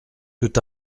tout